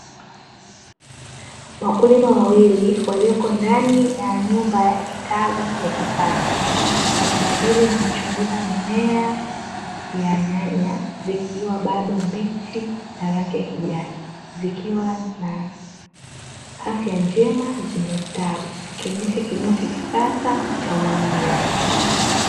Wakulima wawili walioko ndani ya nyumba ya kitalu ya kisasa, wakijadili na kuchunguza mimea ya nyanya, zikiwa bado mbichi, na rangi ya kijani. Zikiwa na afya njema zimestawi, zikionyesha kilimo cha kisasa cha umwagiliaji.